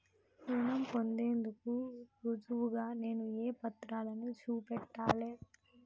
రుణం పొందేందుకు రుజువుగా నేను ఏ పత్రాలను చూపెట్టాలె?